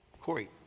Corey